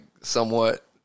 somewhat